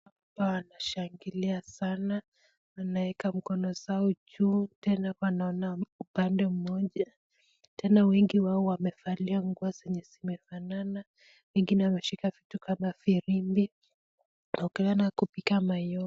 Hapa wanashangilia sana wanaweka mikona zao juu, tena hapa naona pande mmoja tena wengi wao wamevalia nguo zimefanana, wengine wameshika kitu kama firimbi kupiga mayowe.